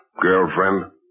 girlfriend